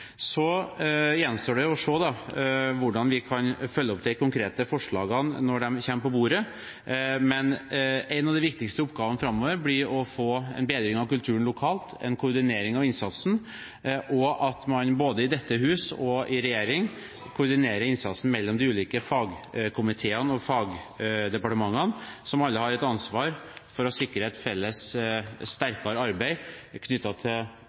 gjenstår å se hvordan vi kan følge opp de konkrete forslagene når de kommer på bordet, men en av de viktigste oppgavene framover blir å få en bedring av kulturen lokalt, en koordinering av innsatsen, og at man både i dette huset og i regjering koordinerer innsatsen mellom de ulike fagkomiteene og fagdepartementene, som alle har et felles ansvar for å sikre et sterkere arbeid knyttet til